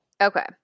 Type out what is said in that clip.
Okay